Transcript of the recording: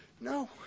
No